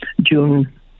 June